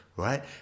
right